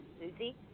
Susie